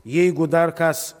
jeigu dar kas